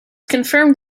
confirmed